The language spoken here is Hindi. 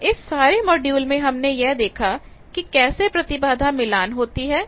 तो इस सारे मॉड्यूल में हमने यह देखा कि कैसे प्रतिबाधा मिलान होती है